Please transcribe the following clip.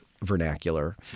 Vernacular